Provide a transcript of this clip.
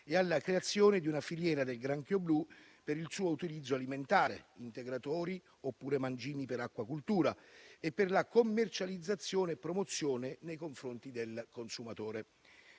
e alla creazione di una filiera del granchio blu per il suo utilizzo alimentare (integratori oppure mangimi per acquacultura) e per la commercializzazione e promozione nei confronti del consumatore.